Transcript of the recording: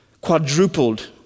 Quadrupled